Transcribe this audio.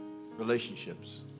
relationships